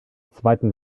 zweiten